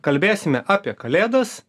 kalbėsime apie kalėdas